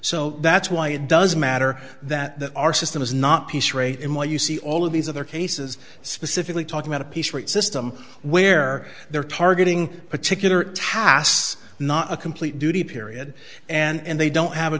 so that's why it doesn't matter that our system is not piece rate in what you see all of these other cases specifically talk about a piece rate system where they're targeting particular tasks not a complete duty period and they don't have a